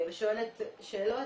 ושואלת את השאלות.